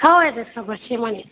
છે એડ્રેસ તો પછી મળીએ